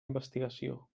investigació